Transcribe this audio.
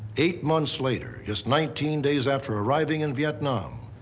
eight months later, just nineteen days after arriving in vietnam,